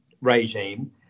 regime –